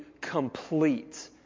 complete